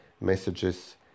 messages